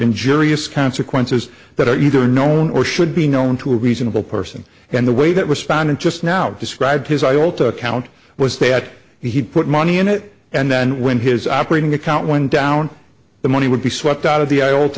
injurious consequences that are either known or should be known to a reasonable person and the way that respondent just now described his eye all to account was that he'd put money in it and then when his operating account went down the money would be swept out of the a